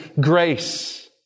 grace